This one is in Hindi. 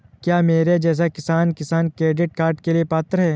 क्या मेरे जैसा किसान किसान क्रेडिट कार्ड के लिए पात्र है?